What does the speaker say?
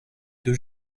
deux